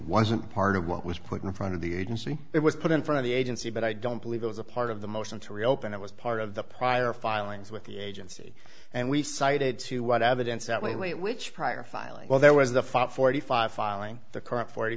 wasn't part of what was put in front of the agency it was put in front of the agency but i don't believe it was a part of the motion to reopen it was part of the prior filings with the agency and we cited to what evidence that we wait which prior filing well there was the five forty five filing the current forty